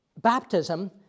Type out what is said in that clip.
baptism